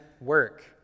work